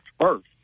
first